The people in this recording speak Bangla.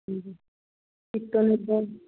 হুম হ্যাঁ